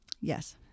Yes